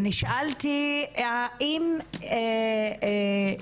נשאלתי האם